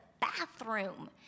bathroom